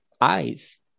eyes